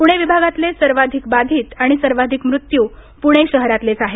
पुणे विभागातले सर्वाधिक बाधित आणि सर्वाधिक मृत्यू पुणे शहरातलेच आहेत